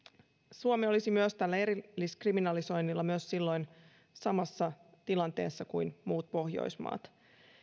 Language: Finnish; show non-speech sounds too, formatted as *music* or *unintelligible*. suomi olisi tällä erilliskriminalisoinnilla myös *unintelligible* samassa tilanteessa kuin muut pohjoismaat